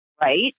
right